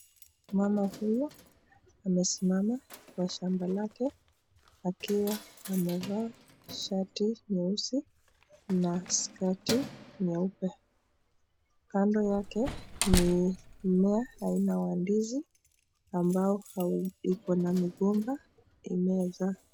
Mama huyu amesimama kwa shamba yake akiwa amevaa shati nyeusi na skati nyeupe. Kando yake ni mmea aina ya ndizi ambao ikona migomba imezaa.